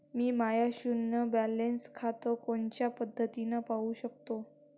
मी my शुन्य balance खातं कोनच्या पद्धतीनं पाहू शकतो?